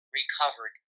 recovered